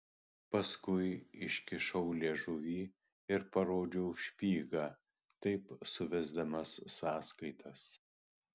paskui iškišau liežuvį ir parodžiau špygą taip suvesdamas sąskaitas